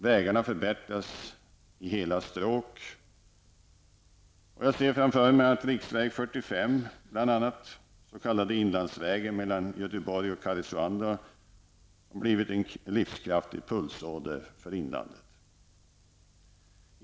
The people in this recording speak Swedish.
Vägarna förbättras i hela stråk. Jag ser framför mig att bl.a. riksväg 45, den s.k. inlandsvägen mellan Göteborg och Karesuando, har blivit en livskraftig pulsåder för inlandet.